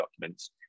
documents